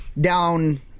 down